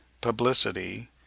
Publicity